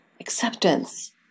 acceptance